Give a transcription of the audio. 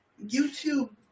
YouTube